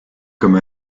comme